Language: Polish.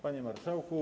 Panie Marszałku!